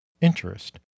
interest